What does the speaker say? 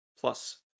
plus